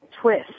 twist